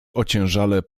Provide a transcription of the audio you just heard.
ociężale